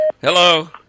Hello